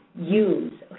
use